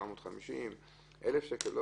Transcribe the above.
750 שקל,